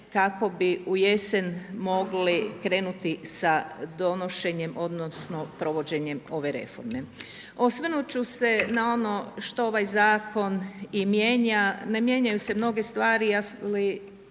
kako bi u jesen mogli krenuti sa donošenjem, odnosno, provođenjem ove reforme. Osvrnuti ću se na ono što ovaj zakon mijenja, ne mijenjaju se mnoge stvari, ali